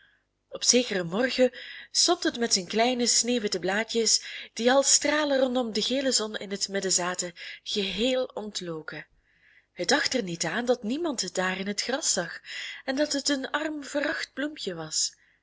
op zekeren morgen stond het met zijn kleine sneeuwwitte blaadjes die als stralen rondom de gele zon in het midden zaten geheel ontloken het dacht er niet aan dat niemand het daar in het gras zag en dat het een arm veracht bloempje was